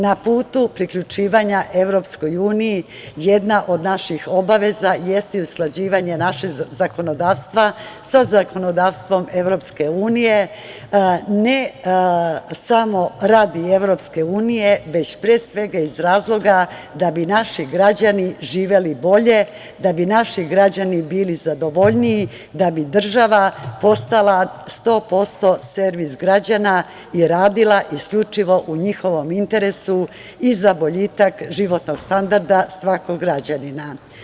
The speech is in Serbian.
Na putu priključivanja EU jedna od naših obaveza jeste i usklađivanje našeg zakonodavstva sa zakonodavstvom EU, ne samo radi EU, već pre svega iz razloga da bi naši građani živeli bolje, da bi naši građani bili zadovoljniji, da bi država postala 100% servis građana i radila isključivo u njihovom interesu i za boljitak životnog standarda svakog građanina.